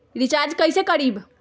Recharge कैसे करीब?